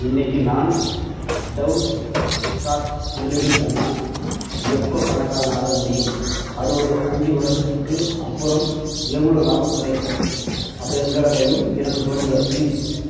இன்னிக்கு நான் Dow stocks முதலீடு பண்ணினா எப்போது பணக்காரனாக முடியும் அதோடு அஞ்சு வருஷத்துக்கு அப்புறம் எவ்வளோ லாபம் கிடைக்கும் அப்படிங்கிறதையும் எனக்கு சொல்லுங்கள் ப்ளீஸ்